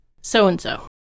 so-and-so